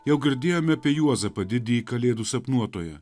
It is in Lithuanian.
jau girdėjome apie juozapą didįjį kalėdų sapnuotoją